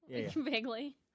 vaguely